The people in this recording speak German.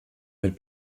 mit